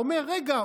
אומר: רגע,